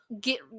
get